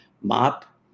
mop